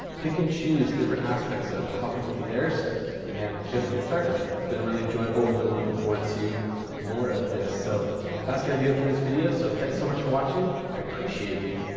pick and choose different aspects of how people do theirs and just get started. it's been really enjoyable i'm really looking forward to more of this. so that's gonna do it for this video so thanks so much for watching, i appreciate you,